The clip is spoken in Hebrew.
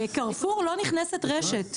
קרפור לא נכנסת רשת.